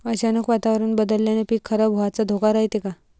अचानक वातावरण बदलल्यानं पीक खराब व्हाचा धोका रायते का?